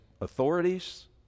authorities